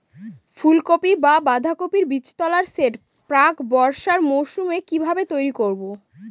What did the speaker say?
ফুলকপি বা বাঁধাকপির বীজতলার সেট প্রাক বর্ষার মৌসুমে কিভাবে তৈরি করব?